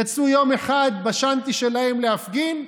יצאו יום אחד בשאנטי שלהם להפגין,